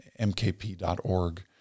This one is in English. mkp.org